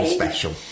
special